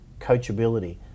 coachability